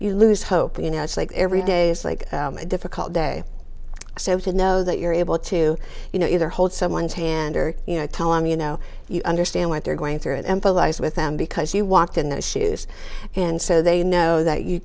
you lose hope and you know it's like every day is like a difficult day so to know that you're able to you know either hold someone's hand or you know tell them you know you understand what they're going through and empathize with them because you walked in those shoes and so they know that you